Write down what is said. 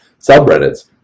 subreddits